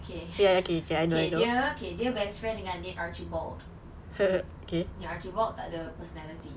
okay okay dia okay dia best friend dengan nick archie bald archie bald tak ada personality